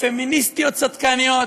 פמיניסטיות צדקניות,